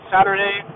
Saturday